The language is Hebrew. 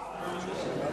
לא.